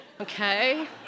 Okay